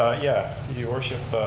ah yeah. your worship,